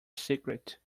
secret